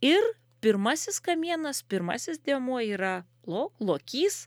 ir pirmasis kamienas pirmasis dėmuo yra lok lokys